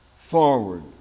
forward